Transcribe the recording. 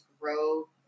grow